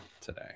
today